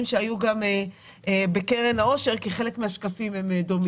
שהיו גם בדיון על קרן העושר כי חלק מן השקפים דומים.